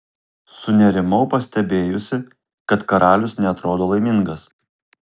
sunerimau pastebėjusi kad karalius neatrodo laimingas